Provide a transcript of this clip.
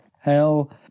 hell